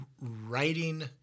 Writing